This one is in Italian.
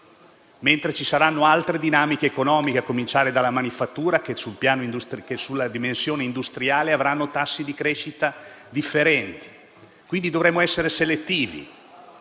invece, altre dinamiche economiche, a cominciare dalla manifattura, che, sulla dimensione industriale, avranno tassi di crescita differenti. Quindi, dovremo essere selettivi.